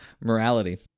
Morality